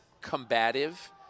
combative